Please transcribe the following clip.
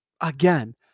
Again